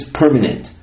permanent